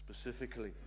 specifically